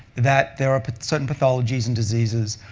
that there are certain pathologies and diseases,